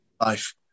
life